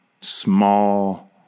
small